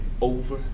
over